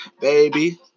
Baby